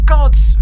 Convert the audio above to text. Gods